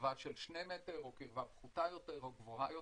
מקירבה של שני מטרים או קירבה פחותה יותר או גבוהה יותר.